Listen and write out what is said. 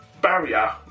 barrier